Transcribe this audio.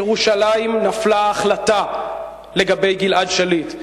בירושלים נפלה החלטה לגבי גלעד שליט.